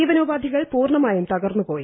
ജീവനോപാധികൾ പൂർണ്ണമായും തകർന്നുപോയി